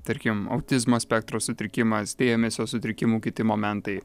tarkim autizmo spektro sutrikimas dėmesio sutrikimų kiti momentai